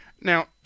now